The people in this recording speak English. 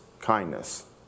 kindness